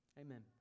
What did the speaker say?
Amen